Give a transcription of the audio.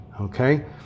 Okay